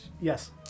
Yes